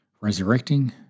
resurrecting